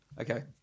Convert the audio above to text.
Okay